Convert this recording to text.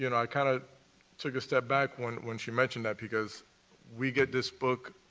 you know i kind of took a step back when when she mentioned that because we get this book,